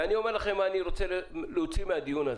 ואני אומר לכם מה אני רוצה להוציא מהדיון הזה,